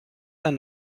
and